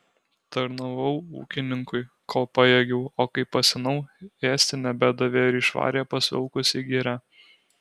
tarnavau ūkininkui kol pajėgiau o kai pasenau ėsti nebedavė ir išvarė pas vilkus į girią